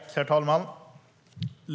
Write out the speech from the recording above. Herr talman!